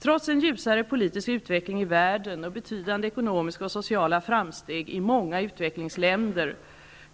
Trots en ljusare politisk utveckling i världen och betydande ekonomiska och sociala framsteg i många utvecklingsländer